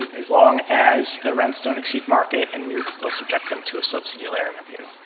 as long as the rents don't exceed market and we we still subject them to a subsidy like interview.